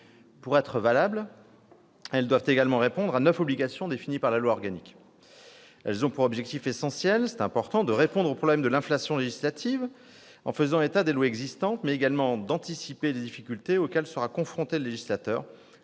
Pour être valables, elles doivent satisfaire à neuf obligations définies par la loi organique. Elles ont pour objets essentiels de répondre au problème de l'inflation législative, en faisant état des lois existantes, et d'anticiper les difficultés auxquelles sera confronté le législateur,